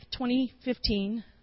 2015